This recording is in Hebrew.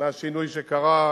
מהשינוי שקרה.